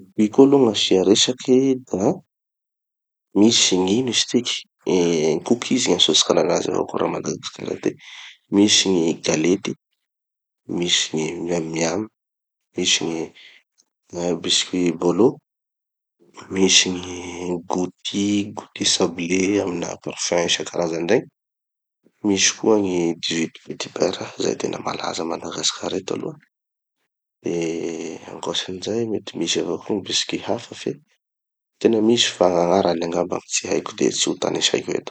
Biscuits koa aloha gn'asia resaky da misy gny, ino izy tiky, eh cookies gn'antsoatsikan'anazy avao koa raha a madagasikara atiky. Misy gny galety, misy gny miam miam, misy gny ah biscuits bolo, misy gny gouty gouty sablé amina parfum isankarazany regny, misy gny dix huits petits beurres, izay tena malaza a madagasikara eto aloha, de ankoatrin'izay mety misy avao koa gny biscuits hafa fe, tena misy fa gn'agnarany angamba gny tsy haiko de tsy ho tanisaiko eto.